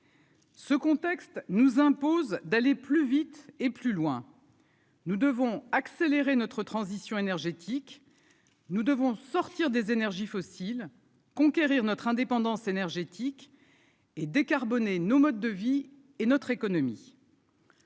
Ce contexte nous impose d'aller plus vite et plus loin. Nous devons accélérer notre transition énergétique, nous devons sortir des énergies fossiles conquérir notre indépendance énergétique et décarboner nos modes de vie et notre économie.